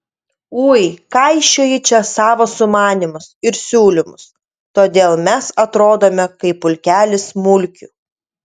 ui kaišioji čia savo sumanymus ir siūlymus todėl mes atrodome kaip pulkelis mulkių